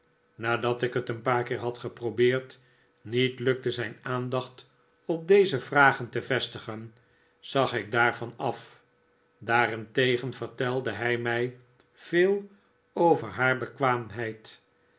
nadat ik het een paar keer had geprobeerd niet lukte zijn aandacht op deze vragen te vestigen zag ik daarvan af daarentegen vertelde hij mij veel over haar bekwaamheid